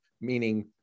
meaning